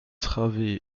travées